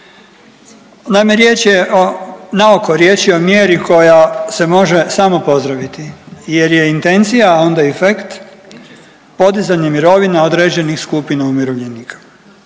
naoko riječ je o mjeri koja se može samo pozdraviti, jer je intencija onda efekt podizanje mirovina određenih skupina umirovljenika.